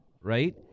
right